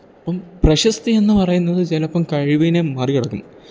അപ്പം പ്രശസ്തി എന്ന് പറയുന്നത് ചിലപ്പം കഴിവിനേ മറികടക്കും